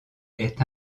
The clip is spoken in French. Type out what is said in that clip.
est